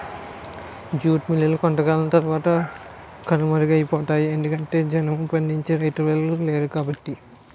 jute మిల్లులు కొంతకాలం తరవాత కనుమరుగైపోతాయి ఎందుకంటె జనుము పండించే రైతులెవలు లేరుకాబట్టి